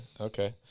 Okay